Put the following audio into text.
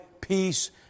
peace